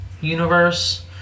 universe